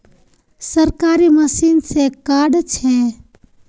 सरकारी मशीन से कार्ड छै?